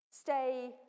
stay